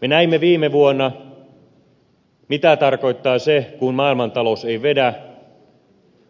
me näimme viime vuonna mitä tarkoittaa se kun maailmantalous ei vedä